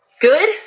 good